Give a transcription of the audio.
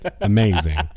Amazing